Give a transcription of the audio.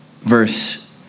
verse